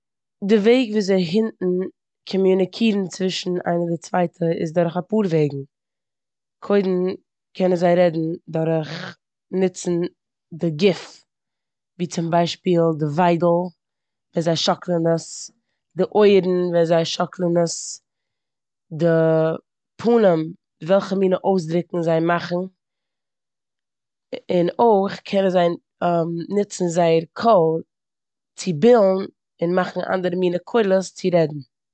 די וועג וויאזוי הונטן קאמיוניקירן צווישן איינער די צווייטע איז דורך אפאר וועגן. קודם קענען זיי רעדן דורך ניצן די גוף. ווי צום ביישפיל די וויידל ווען זיי שאקלען עס, די אויערן ווען זיי שאקלען עס, די פנים וועלכע מינע אויסדרוקן זיי מאכן און אויך קענען זיי נוצן די קול צו בילן און מאכן אנדערע מינע קולות צו רעדן.